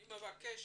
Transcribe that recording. אני מבקש